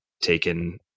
taken